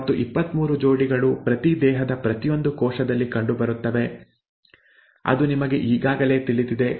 ಮತ್ತು 23 ಜೋಡಿಗಳು ಪ್ರತಿ ದೇಹದ ಪ್ರತಿಯೊಂದು ಕೋಶದಲ್ಲಿ ಕಂಡುಬರುತ್ತವೆ ಅದು ನಿಮಗೆ ಈಗಾಗಲೇ ತಿಳಿದಿದೆ